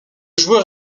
joueur